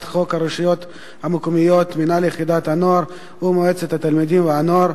חוק הרשויות המקומיות (מנהל יחידת הנוער ומועצת התלמידים והנוער),